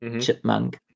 Chipmunk